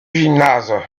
gymnase